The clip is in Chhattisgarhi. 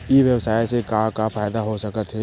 ई व्यवसाय से का का फ़ायदा हो सकत हे?